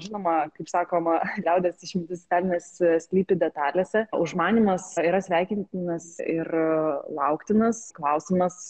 žinoma kaip sakoma liaudies išmintis velnias slypi detalėse užmanymas yra sveikintinas ir lauktinas klausimas